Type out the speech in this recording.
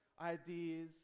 ideas